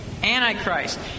Antichrist